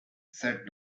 said